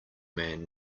man